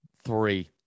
three